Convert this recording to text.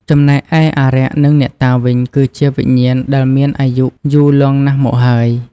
ចំណែកឯអារក្សនិងអ្នកតាវិញ គឺជាវិញ្ញាណដែលមានអាយុយូរលង់ណាស់មកហើយ។